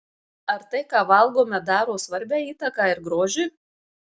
ar tai ką valgome daro svarbią įtaką ir grožiui